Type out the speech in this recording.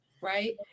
Right